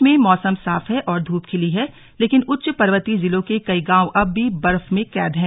प्रदेश में मौसम साफ है और धूप खिली है लेकिन उच्च पर्वतीय जिलों के कई गांव अब भी बर्फ में कैद हैं